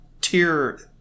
Tier